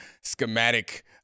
schematic